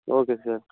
okay sir